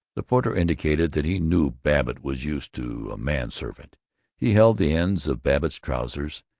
the porter indicated that he knew babbitt was used to a man-servant he held the ends of babbitt's trousers,